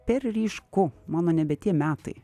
per ryšku mano nebe tie metai